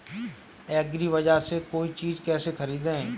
एग्रीबाजार से कोई चीज केसे खरीदें?